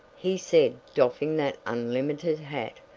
he said doffing that unlimited hat.